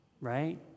right